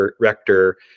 rector